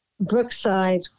Brookside